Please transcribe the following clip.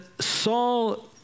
Saul